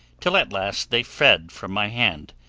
till at last they fed from my hand,